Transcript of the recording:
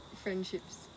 friendships